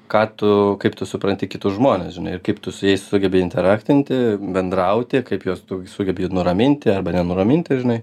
ką tu kaip tu supranti kitus žmones žinai ir kaip tu su jais sugebi interaktinti bendrauti kaip juos tu sugebi nuraminti arba nenuraminti žinai